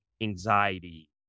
anxiety